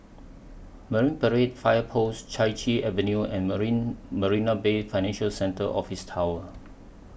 Marine Parade Fire Post Chai Chee Avenue and Marina Bay Financial Centre Office Tower